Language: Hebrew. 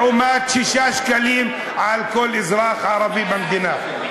לעומת 6 שקלים לכל אזרח ערבי במדינה.